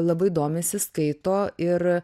labai domisi skaito ir